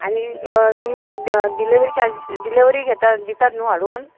आनी तुमी delivery charges delivery घेता दितात न्हू हाडून